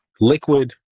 liquid